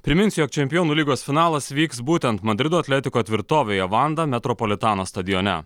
priminsiu jog čempionų lygos finalas vyks būtent madrido atletiko tvirtovėje vanda metropolitano stadione